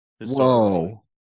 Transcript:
Whoa